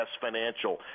Financial